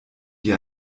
die